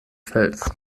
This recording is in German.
fels